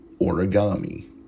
origami